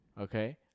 okay